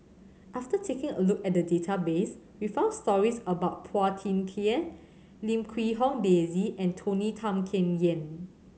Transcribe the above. after taking a look at the database we found stories about Phua Thin Kiay Lim Quee Hong Daisy and Tony Tan Keng Yam